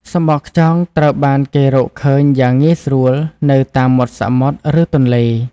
សំបកខ្យង ត្រូវបានគេរកឃើញយ៉ាងងាយស្រួលនៅតាមមាត់សមុទ្រ ឬទន្លេ។